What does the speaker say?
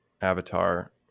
avatar